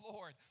Lord